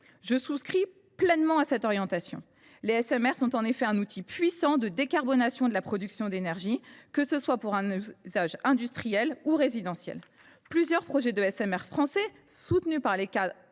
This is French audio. Je souscris pleinement à cette orientation. Les SMR sont un outil puissant de décarbonation de la production d’énergie, que l’usage soit industriel ou résidentiel. Plusieurs porteurs de projets de SMR français, soutenus par l’État